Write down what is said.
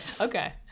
okay